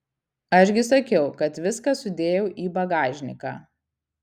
aš gi sakiau kad viską sudėjau į bagažniką